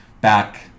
back